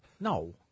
No